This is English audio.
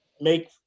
make